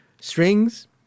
Strings